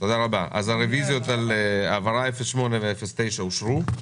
תודה רבה, אז הרוויזיות על העברה 08 ו-09 הוסרו.